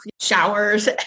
showers